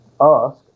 ask